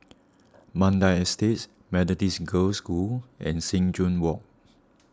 Mandai Estate Methodist Girls' School and Sing Joo Walk